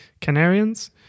Canarians